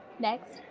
next.